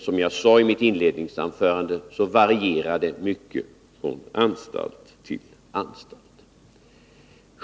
Som jag sade i mitt inledningsanförande varierar emellertid missbruket mycket från anstalt till anstalt.